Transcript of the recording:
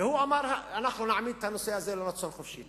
והוא אמר: אנחנו נעמיד את הנושא הזה לרצון חופשי.